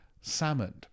salmon